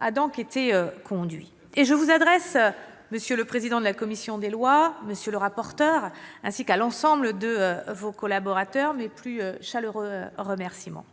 a été conduit. À cet égard, monsieur le président de la commission des lois, monsieur le rapporteur, je vous adresse, ainsi qu'à l'ensemble de vos collaborateurs, mes plus chaleureux remerciements.